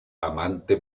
amante